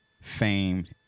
famed